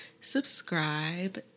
subscribe